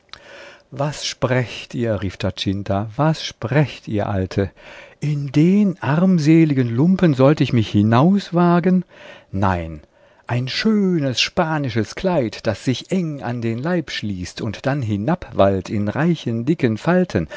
was sprecht ihr rief giacinta was sprecht ihr alte in den armseligen lumpen sollt ich mich hinauswagen nein ein schönes spanisches kleid das sich eng an den leib schließt und dann hinabwallt in reichen dicken falten